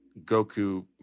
Goku